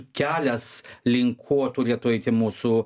kelias link ko turėtų eiti mūsų